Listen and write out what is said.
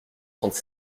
trente